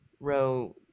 Row